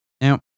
Now